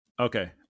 Okay